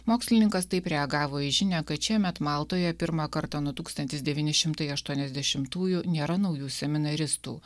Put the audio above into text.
mokslininkas taip reagavo į žinią kad šiemet maltoje pirmą kartą nuo tūkstantis devyni šimtai aštuoniasdešimtųjų nėra naujų seminaristų